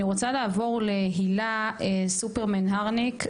אני רוצה לעבור להילה סופרמן הרניק,